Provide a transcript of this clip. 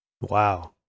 Wow